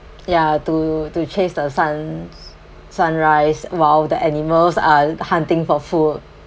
ya to to chase the sun sunrise while the animals are hunting for food